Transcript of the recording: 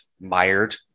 mired